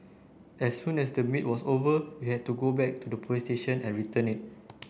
as soon as the meet was over you had to go back to the police station and return it